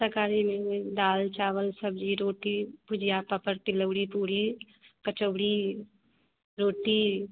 शाकाहारी में भी दाल चावल सब्ज़ी रोटी भुजिया पापड़ तिलौरी पुरी कचौरी रोटी